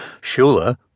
Shula